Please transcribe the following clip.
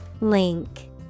link